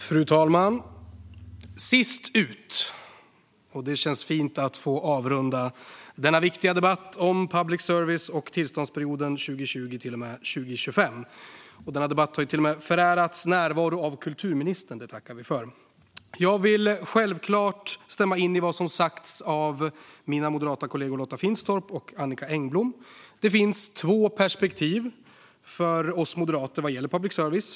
Fru talman! Jag är sist ut. Det känns fint att få avrunda denna viktiga debatt om public service och tillståndsperioden 2020-2025. Denna debatt har till och med förärats närvaro av kulturministern - det tackar vi för. Jag vill självklart stämma in i vad som sagts av mina moderata kollegor Lotta Finstorp och Annicka Engblom. Det finns två perspektiv för oss moderater vad gäller public service.